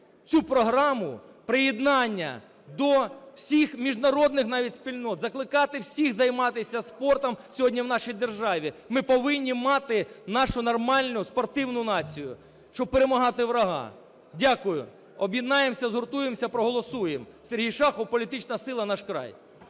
цю програму приєднання до всіх міжнародних навіть спільнот, закликати всіх займатися спортом сьогодні в нашій державі. Ми повинні мати нашу нормальну спортивну націю, щоб перемагати ворога. Дякую. Об'єднаємося, згуртуємося, проголосуємо. Сергій Шахов, політична сила "Наш край".